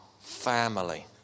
family